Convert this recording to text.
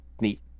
neat